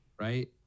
right